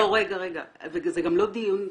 זה גם לא דיון סל.